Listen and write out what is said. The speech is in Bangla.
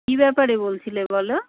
কী ব্যাপারে বলছিলে বলো